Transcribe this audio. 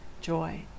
joy